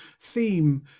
theme